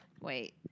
Wait